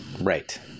Right